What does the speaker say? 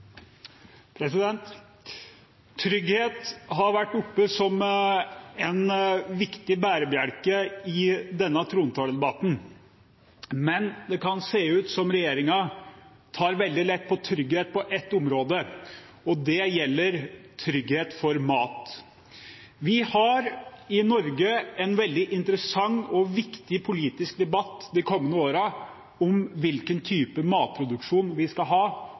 Trygghet har vært oppe som en viktig bærebjelke i denne trontaledebatten, men det kan se ut som om regjeringen tar veldig lett på trygghet på ett område, og det gjelder trygghet for mat. Vi har i Norge en veldig interessant og viktig politisk debatt de kommende årene om hvilken type matproduksjon vi skal ha,